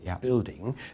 Building